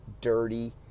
dirty